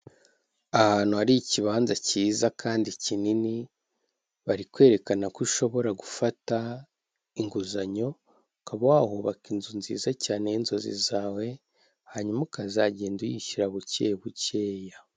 Ahantu hari ikibanza cyiza kandi kinini, bari kwerekana ko ushobora gufata inguzanyo ukaba wahubaka inzu nziza cyane y'inzozi zawe hanyuma ukazagenda uyishyura buke bukeya.